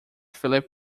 philip